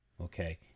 Okay